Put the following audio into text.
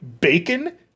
bacon